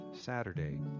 Saturday